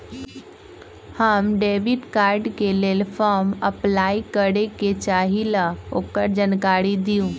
हम debit card के लेल फॉर्म अपलाई करे के चाहीं ल ओकर जानकारी दीउ?